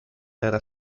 era